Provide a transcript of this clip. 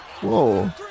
Whoa